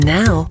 now